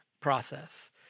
process